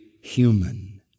human